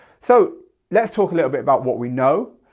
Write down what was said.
so let's talk a little bit about what we know.